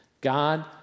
God